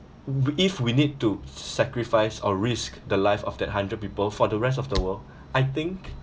w~ if we need to sacrifice or risk the life of that hundred people for the rest of the world I think